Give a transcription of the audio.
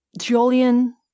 Julian